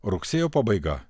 rugsėjo pabaiga